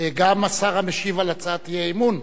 גם השר המשיב על הצעת האי-אמון,